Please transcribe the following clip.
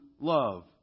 love